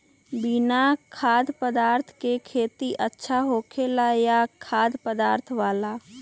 बिना खाद्य पदार्थ के खेती अच्छा होखेला या खाद्य पदार्थ वाला?